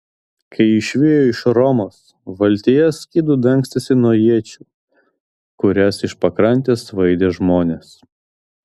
kai išvijo iš romos valtyje skydu dangstėsi nuo iečių kurias iš pakrantės svaidė žmonės